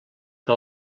que